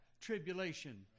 tribulation